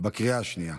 בקריאה השנייה.